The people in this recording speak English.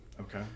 Okay